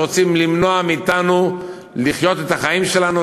רוצים למנוע מאתנו לחיות את החיים שלנו,